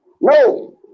No